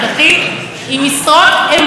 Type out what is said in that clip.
נכון, חבר הכנסת סמוטריץ?